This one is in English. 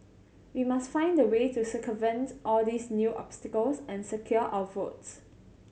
we must find a way to circumvent all these new obstacles and secure our votes